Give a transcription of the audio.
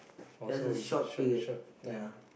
or so is a short short time